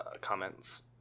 comments